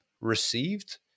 received